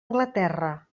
anglaterra